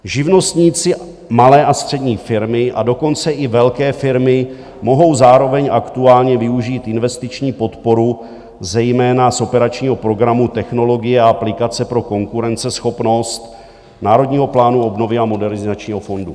Živnostníci, malé a střední firmy, a dokonce i velké firmy mohou zároveň aktuálně využít investiční podporu, zejména z operačního programu Technologie a aplikace pro konkurenceschopnost, Národního plánu obnovy a Modernizačního fondu.